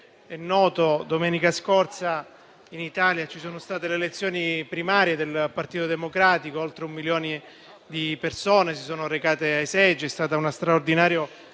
è noto, domenica scorsa in Italia si sono svolte le elezioni primarie del Partito Democratico; oltre un milione di persone si sono recate ai seggi ed è stato uno straordinario